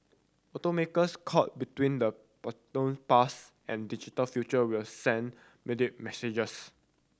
automakers caught between the past and digital future will send muddled messages